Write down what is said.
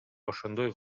ошондой